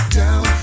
down